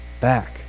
back